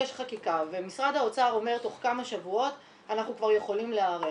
יש חקיקה ומשרד האוצר אומר שתוך כמה שבועות אנחנו כבר יכולים להיערך